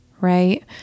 right